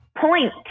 point